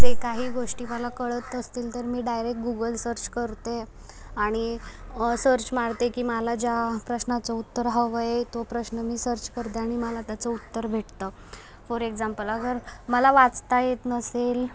तसे काही गोष्टी मला कळत नसतील तर मी डायरेक गुगल सर्च करते आणि सर्च मारते की मला ज्या प्रश्नाचं उत्तर हवं आहे तो प्रश्न मी सर्च करते आणि मला त्याचं उत्तर भेटतं फॉर एकजाम्पल अगर मला वाचता येत नसेल